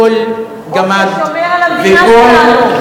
חוק ששומר על המדינה שלנו.